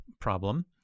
problem